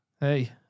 Hey